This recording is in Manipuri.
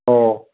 ꯑꯣ